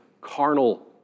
carnal